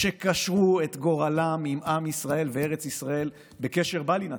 שקשרו את גורלם עם עם ישראל וארץ ישראל בקשר בל יינתק,